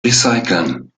recyceln